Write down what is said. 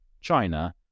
china